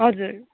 हजुर